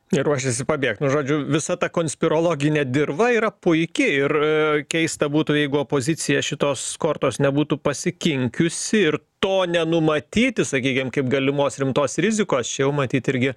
ruošiasi pabėgt nu žodžiu visa ta konspirologinė dirva yra puiki ir keista būtų jeigu opozicija šitos kortos nebūtų pasikinkiusi ir to nenumatyti sakykim kaip galimos rimtos rizikos čia jau matyt irgi